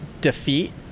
defeat